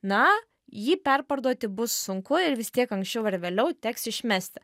na jį perparduoti bus sunku ir vis tiek anksčiau ar vėliau teks išmesti